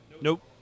Nope